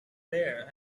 there